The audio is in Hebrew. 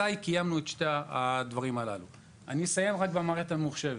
אני אסיים בדברים על המערכת הממוחשבת.